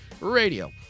radio